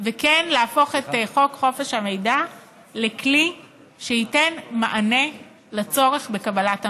וכן להפוך את חוק חופש המידע לכלי שייתן מענה לצורך בקבלת המידע?